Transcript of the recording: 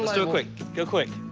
lets do it quick. go quick.